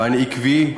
ואני עקבי,